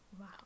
wow